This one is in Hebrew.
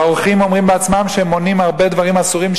והעורכים אומרים בעצמם שהם מונעים הרבה דברים אסורים,